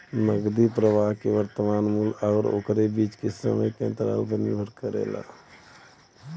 नकदी प्रवाह के वर्तमान मूल्य आउर ओकरे बीच के समय के अंतराल पर निर्भर करेला